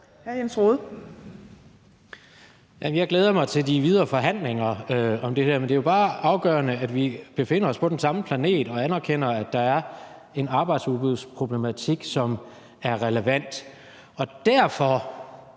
Jeg glæder mig til de videre forhandlinger om det der, men det er jo bare afgørende, at vi befinder os på den samme planet og anerkender, at der er en arbejdsudbudsproblematik, som er relevant. Derfor